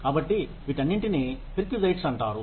కాబట్టి వీటన్నింటినీ పెర్క్విసైట్స్ అంటారు